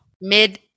mid